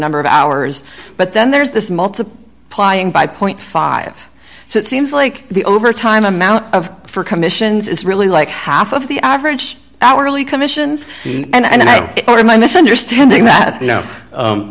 number of hours but then there's this multiple plying by point five so it seems like the overtime amount of for commissions is really like half of the average hourly commissions and i order my misunderstanding that